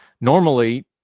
Normally